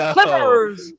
Clippers